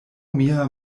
mia